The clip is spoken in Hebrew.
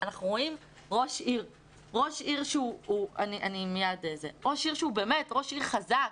אנחנו רואים ראש עיר שהוא ראש עיר חזק,